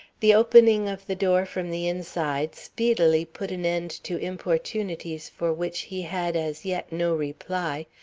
the opening of the door from the inside speedily put an end to importunities for which he had as yet no reply,